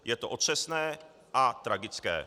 Je to otřesné a tragické.